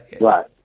Right